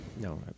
No